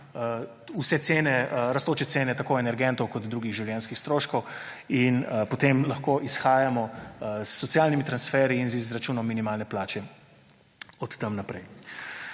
rastoče cene tako energentov kot drugih življenjskih stroškov. Potem lahko izhajamo s socialnimi transferji in z izračunom minimalne plače od tam naprej.